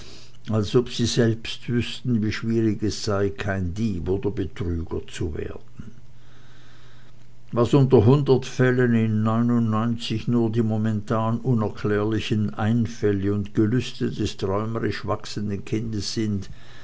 als ob sie selbst wüßten wie schwierig es sei kein dieb oder betrüger zu werden was unter hundert fällen in neunundneunzig nur die momentan unerklärlichen einfälle und gelüste des träumerisch wachsenden kindes sind